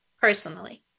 personally